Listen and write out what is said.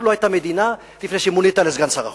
חשבתי שכאילו לא היתה מדינה לפני שמונית לסגן שר החוץ.